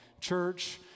church